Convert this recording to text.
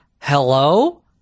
Hello